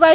Y